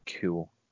cool